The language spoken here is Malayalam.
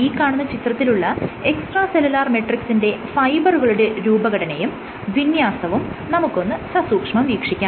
ഈ കാണുന്ന ചിത്രത്തിലുള്ള എക്സ്ട്രാ സെല്ലുലാർ മെട്രിക്സിന്റെ ഫൈബറുകളുടെ രൂപഘടനയും വിന്യാസവും നമുക്കൊന്ന് സസൂക്ഷ്മം വീക്ഷിക്കാം